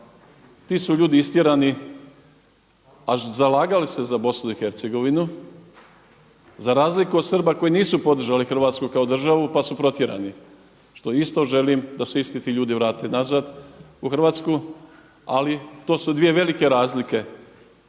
Ti su ljudi istjerani a zalagali su se za Bosnu i Hercegovinu za razliku od Srba koji nisu podržali Hrvatsku kao državu pa su protjerani što isto želim da se isti ti ljudi vrate nazad u Hrvatsku ali to su dvije velike razlike.